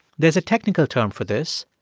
there's a technical term for this.